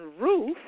Roof